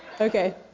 Okay